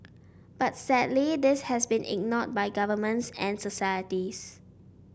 but sadly this has been ignored by governments and societies